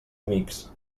amics